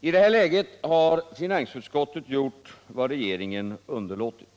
I detta läge har finansutskottet gjort vad regeringen underlåtit.